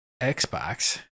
Xbox